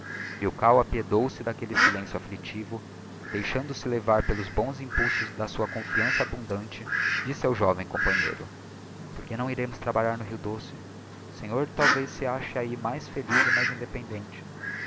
sonho milkau apiedou se d'aquelle silencio afflictivo e deixando-se levar pelos bons impulsos da sua confiança abundante disse ao joven companheiro porque não iremos trabalhar no rio doce o senhor talvez se ache ahi mais feliz e mais independente